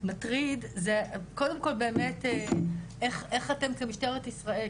מטריד זה קודם כל באמת איך אתם כמשטרת ישראל,